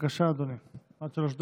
בבקשה, אדוני, עד שלוש דקות.